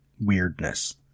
weirdness